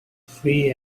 free